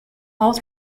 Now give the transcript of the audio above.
all